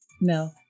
no